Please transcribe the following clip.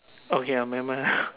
okay I'll remember now